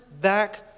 back